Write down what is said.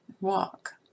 walk